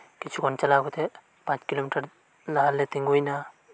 ᱠᱤᱪᱷᱩᱠᱷᱚᱱ ᱪᱟᱞᱟᱣ ᱠᱟᱛᱮᱜ ᱢᱚᱲᱮ ᱠᱤᱞᱚᱢᱤᱴᱟᱨ ᱞᱟᱦᱟᱨᱮᱞᱮ ᱛᱤᱸᱜᱩᱭᱮᱱᱟ